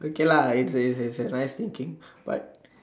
okay lah it it it's a nice thinking but